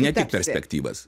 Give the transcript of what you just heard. ne tik perspektyvas